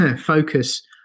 focus